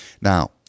Now